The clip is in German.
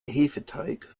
hefeteig